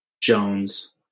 Jones